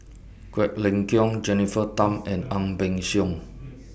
Quek Ling Kiong Jennifer Tham and Ang Peng Siong